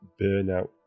Burnout